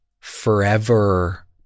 forever